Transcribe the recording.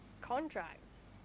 contracts